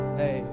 hey